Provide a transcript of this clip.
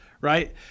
Right